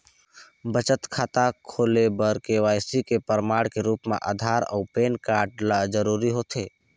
बचत खाता खोले बर के.वाइ.सी के प्रमाण के रूप म आधार अऊ पैन कार्ड ल जरूरी होथे